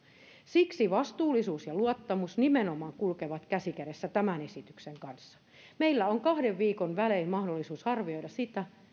siksi vastuullisuus ja luottamus nimenomaan kulkevat käsi kädessä tämän esityksen kanssa meillä on kahden viikon välein mahdollisuus arvioida sitä